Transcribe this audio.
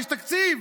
יש תקציב.